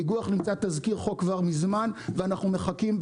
איגוח נמצא בתזכיר חוק כבר מזמן ואנחנו מחכים,